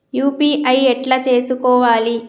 UPI ఎట్లా చేసుకోవాలి?